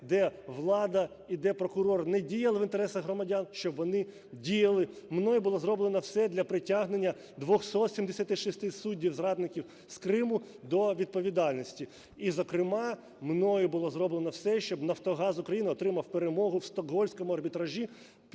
де влада і де прокурор, не діяли в інтересах громадян, щоб вони діяли. Мною було зроблено все для притягнення 276 суддів зрадників з Криму до відповідальності. І, зокрема, мною було роблено все, щоб "Нафтогаз України" отримав перемогу в Стокгольмському арбітражі.